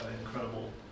incredible